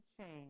change